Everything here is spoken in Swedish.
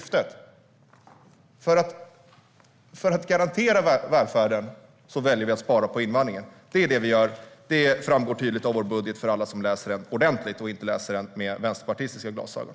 För att garantera välfärden väljer vi att spara på invandringen. Det framgår tydligt i vår budget för alla som läser den ordentligt och inte läser den med vänsterpartistiska glasögon.